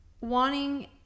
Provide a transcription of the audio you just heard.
wanting